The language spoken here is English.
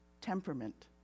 temperament